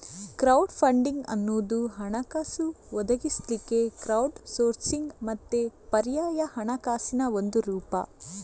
crowd funding ಅನ್ನುದು ಹಣಕಾಸು ಒದಗಿಸ್ಲಿಕ್ಕೆ ಕ್ರೌಡ್ ಸೋರ್ಸಿಂಗ್ ಮತ್ತೆ ಪರ್ಯಾಯ ಹಣಕಾಸಿನ ಒಂದು ರೂಪ